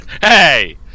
Hey